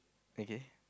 okay